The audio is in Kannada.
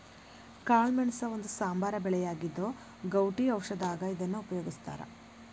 ಕಾಳಮೆಣಸ ಒಂದು ಸಾಂಬಾರ ಬೆಳೆಯಾಗಿದ್ದು, ಗೌಟಿ ಔಷಧದಾಗ ಇದನ್ನ ಉಪಯೋಗಸ್ತಾರ